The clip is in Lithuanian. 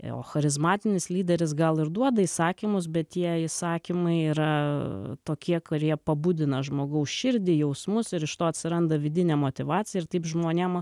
o charizmatinis lyderis gal ir duoda įsakymus bet tie įsakymai yra tokie kurie pabudina žmogaus širdį jausmus ir iš to atsiranda vidinė motyvacija ir taip žmonėm